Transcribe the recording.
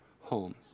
home